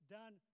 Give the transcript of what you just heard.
done